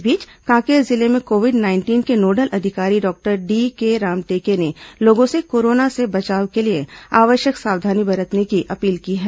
इस बीच कांकेर जिले में कोविड नाइंटीन के नोडल अधिकारी डॉक्टर डीके रामटेके ने लोगों से कोरोना से बचाव के लिए आवश्यक सावधानी बरतने की अपील की है